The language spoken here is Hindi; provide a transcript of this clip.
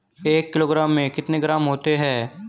एक किलोग्राम में कितने ग्राम होते हैं?